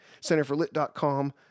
centerforlit.com